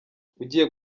ugiye